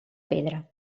pedra